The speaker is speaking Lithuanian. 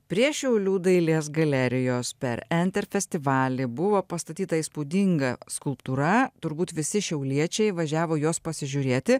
prie šiaulių dailės galerijos per enter festivalį buvo pastatyta įspūdinga skulptūra turbūt visi šiauliečiai važiavo jos pasižiūrėti